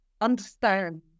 understand